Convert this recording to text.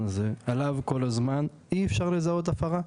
הזה עליו כל הזמן אי אפשר לזהות הפרה?